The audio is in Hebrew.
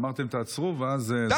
אמרתם: תעצרו, ואז, זה